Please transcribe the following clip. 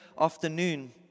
afternoon